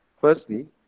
firstly